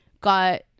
got